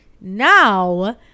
Now